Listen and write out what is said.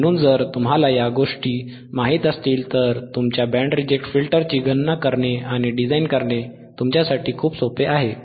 म्हणून जर तुम्हाला या गोष्टी माहित असतील तर तुमच्या बँड रिजेक्ट फिल्टरची गणना करणे आणि डिझाइन करणे तुमच्यासाठी खूप सोपे आहे